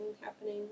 happening